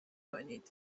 کنید